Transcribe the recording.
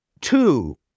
Two